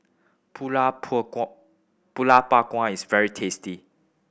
pulut Pulut Panggang is very tasty